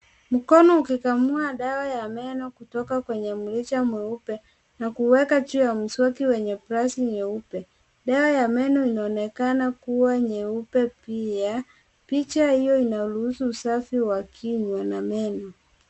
Mkono ukikamua dawa ya meno kutoka kwenye mrija mweupe na kuweka juu ya mswaki wenye brashi nyeupe. Dawa ya meno inaonekana kuwa nyeupe pia, picha hiyo inaruhusu usafi wa kinywa na meno.